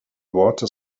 water